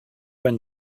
when